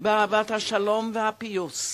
באהבת השלום והפיוס.